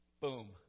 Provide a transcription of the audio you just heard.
Boom